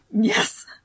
Yes